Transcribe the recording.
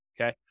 okay